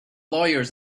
lawyers